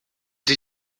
die